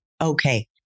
Okay